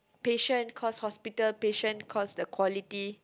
patient cause hospital patient cause the quality